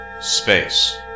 space